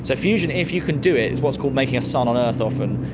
so fusion, if you can do it, is what's called making a sun on earth often,